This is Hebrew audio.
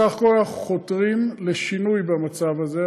בסך הכול אנחנו חותרים לשינוי במצב הזה.